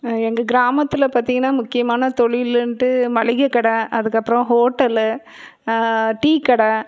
எங்கள் கிராமத்தில் பார்த்திங்கன்னா முக்கியமான தொழிலுன்ட்டு மளிகை கடை அதுக்கு அப்புறோ ஹோட்டலு டீ கடை